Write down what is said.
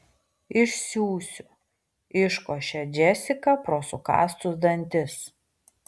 išsiųsiu iškošia džesika pro sukąstus dantis